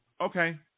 okay